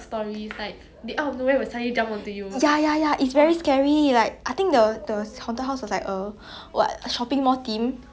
like what a shopping mall theme ya then it was like oh my god so ironic cause it was in a cinema like the the room was the cinema room then I hink from